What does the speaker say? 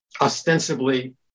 Ostensibly